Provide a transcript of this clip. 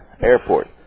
Airport